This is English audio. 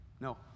No